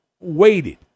waited